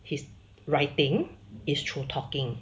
his writing is through talking